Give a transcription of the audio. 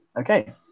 Okay